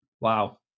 wow